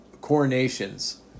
coronations